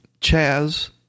Chaz